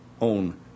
own